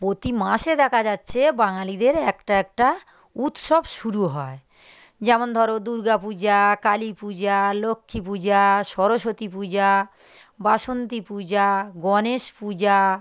প্রতি মাসে দেখা যাচ্ছে বাঙালিদের একটা একটা উৎসব শুরু হয় যেমন ধরো দুর্গা পূজা কালী পূজা লক্ষ্মী পূজা সরস্বতী পূজা বাসন্তী পূজা গণেশ পূজা